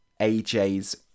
AJ's